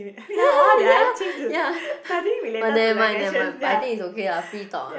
ya ya but never mind never mind I think but it's okay lah free talk ah